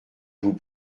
vous